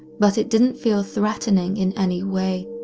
but it didn't feel threatening in any way.